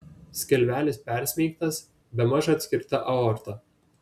skilvelis persmeigtas bemaž atskirta aorta